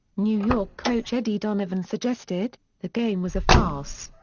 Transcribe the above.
new york coach eddie donovan suggested, the game was a farce.